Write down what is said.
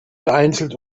vereinzelt